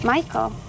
Michael